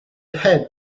head